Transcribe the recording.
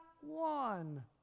one